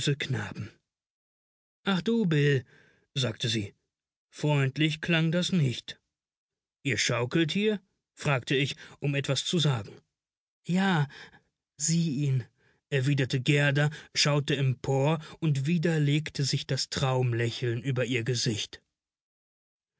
knaben ach du bill sagte sie freundlich klang das nicht ihr schaukelt hier fragte ich um etwas zu sagen ja sieh ihn erwiderte gerda schaute empor und wieder legte sich das traumlächeln über ihr gesicht